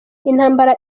intambara